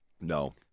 No